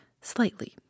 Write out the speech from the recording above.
slightly